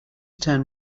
turn